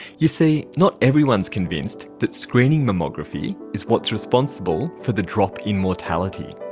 you see, not everyone is convinced that screening mammography is what's responsible for the drop in mortality.